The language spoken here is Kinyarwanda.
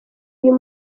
uyu